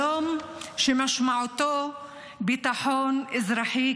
שלום שמשמעותו ביטחון אזרחי,